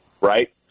right